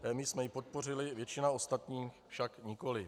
My jsme ji podpořili, většina ostatních však nikoliv.